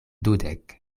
dudek